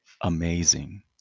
Amazing